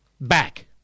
Back